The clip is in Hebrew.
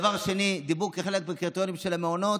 דבר שני, דיברו, כחלק מקריטריונים של המעונות,